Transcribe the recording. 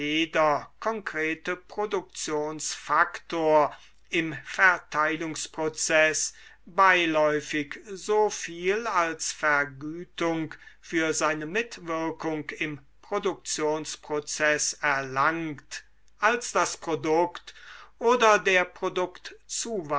konkrete produktionsfaktor im verteilungsprozeß beiläufig soviel als vergütung für seine mitwirkung im produktionsprozeß erlangt als das produkt oder der